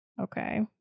Okay